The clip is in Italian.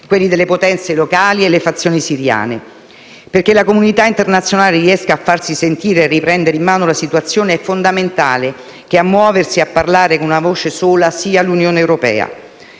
quelli delle potenze locali e le fazioni siriane. Perché la comunità internazionale riesca a farsi sentire e a riprendere in mano la situazione, è fondamentale che a muoversi e a parlare con una voce sola sia l'Unione europea,